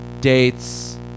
dates